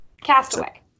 Castaway